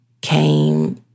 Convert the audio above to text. came